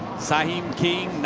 sihiem king,